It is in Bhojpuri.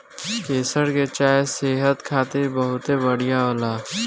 केसर के चाय सेहत खातिर बहुते बढ़िया होला